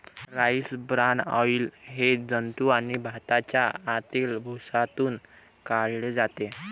rice bran oil हे जंतू आणि भाताच्या आतील भुसातून काढले जाते